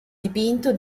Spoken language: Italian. dipinto